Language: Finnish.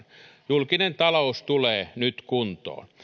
julkinen talous tulee nyt kuntoon